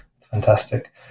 fantastic